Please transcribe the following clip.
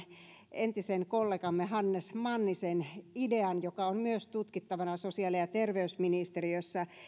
entisen kollegamme hannes mannisen idean joka on myös tutkittavana sosiaali ja terveysministeriössä